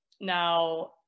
now –